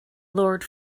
lord